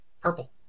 Purple